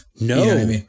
No